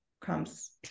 comes